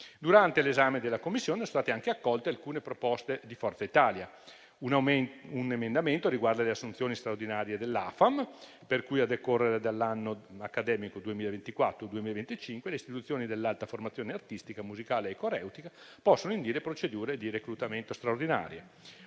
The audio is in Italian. Durante l'esame in Commissione sono state accolte alcune proposte del Gruppo Forza Italia-Berlusconi Presidente-PPE. Un emendamento riguarda le assunzioni straordinarie dell'AFAM, per cui, a decorrere dall'anno accademico 2024-2025, le istituzioni dell'alta formazione artistica musicale e coreutica possono indire procedure di reclutamento straordinario.